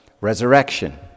resurrection